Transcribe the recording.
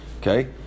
okay